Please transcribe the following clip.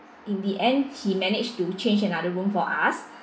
in the end he managed to change another other room for us